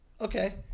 okay